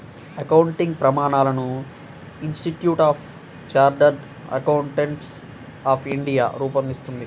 accounting ప్రమాణాలను institute of chartered accountants of India రూపొందిస్తుంది